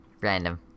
Random